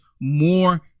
more